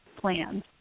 plans